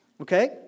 okay